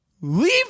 leave